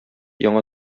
яңа